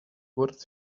worth